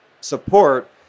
support